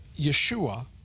Yeshua